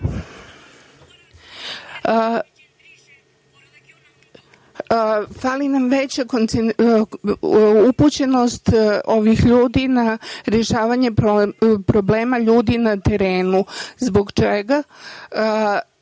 fali nam veća upućenost ovih ljudi na rešavanju problema ljudi na terenu. Da